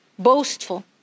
boastful